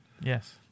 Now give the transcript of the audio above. Yes